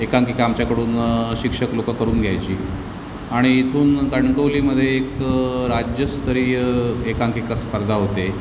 एकांकिका आमच्याकडून शिक्षक लोक करून घ्यायचे आणि इथून कणकवलीमध्ये एक राज्यस्तरीय एकांकिका स्पर्धा होते